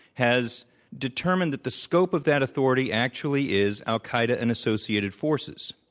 has determined that the scope of that authority actually is al-qaeda and associated forces.